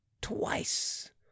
twice